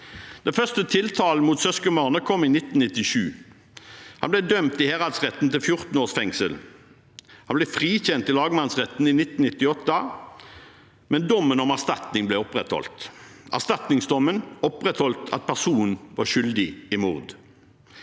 Den første tiltalen mot søskenbarnet kom i 1997. Han ble dømt i herredsretten til 14 års fengsel. Han ble frikjent i lagmannsretten i 1998, men dommen om erstatning ble opprettholdt. Erstatningsdommen opprettholdt at personen var skyldig i mord.